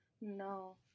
No